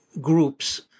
groups